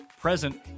present